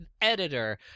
editor